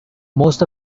most